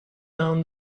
down